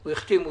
הוא החתים אותי.